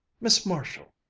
miss marshall,